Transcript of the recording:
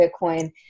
Bitcoin